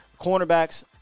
Cornerbacks